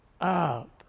up